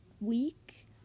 week